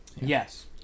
Yes